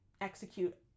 execute